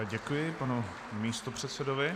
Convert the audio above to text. Děkuji panu místopředsedovi.